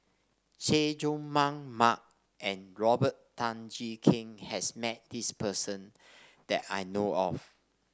Chay Jung Jun Mark and Robert Tan Jee Keng has met this person that I know of